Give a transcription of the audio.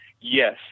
yes